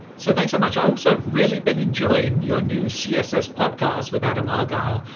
so thanks so much. i also have really been enjoying your new css podcast with adam argyle.